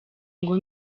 ngo